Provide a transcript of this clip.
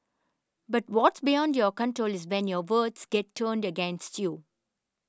but what's beyond your control is when your words get turned against you